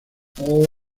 por